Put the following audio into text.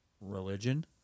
Religion